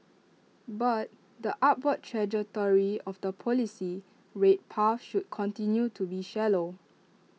but the upward trajectory of the policy rate path should continue to be shallow